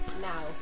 now